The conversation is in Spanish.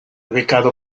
becado